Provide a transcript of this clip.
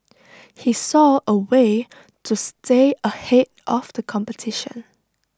he saw A way to stay ahead of the competition